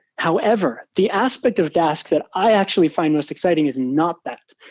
however, the aspect of dask that i actually find most exciting is not that.